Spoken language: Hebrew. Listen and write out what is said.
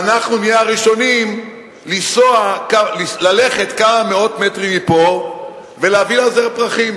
ואנחנו נהיה הראשונים ללכת כמה מאות מטרים מפה ולהביא לה זר פרחים.